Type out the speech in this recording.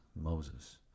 Moses